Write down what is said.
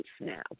now